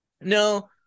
No